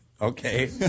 Okay